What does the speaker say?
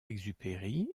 exupéry